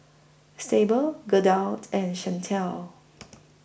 Syble Gerda and Shantel